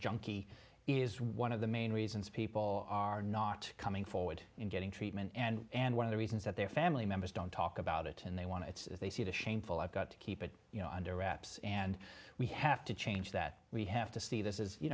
junkie is one of the main reasons people are not coming forward in getting treatment and one of the reasons that their family members don't talk about it and they want to it's they see the shameful i've got to keep it you know under wraps and we have to change that we have to see this is you